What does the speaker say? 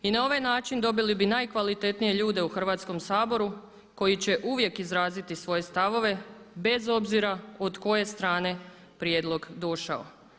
I na ovaj način dobili bi najkvalitetnije ljude u Hrvatskom saboru koji će uvijek izraziti svoje stavove bez obzira od koje strane prijedlog došao.